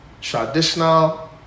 traditional